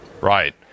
Right